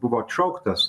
buvo atšauktas